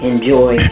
Enjoy